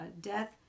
death